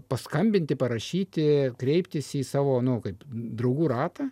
paskambinti parašyti kreiptis į savo nu kaip draugų ratą